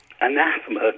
anathema